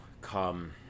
come